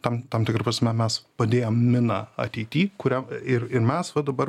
tam tam tikra prasme mes padėjom miną ateity kurią ir ir mes va dabar